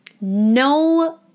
no